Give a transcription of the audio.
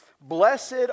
blessed